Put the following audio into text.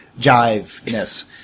jive-ness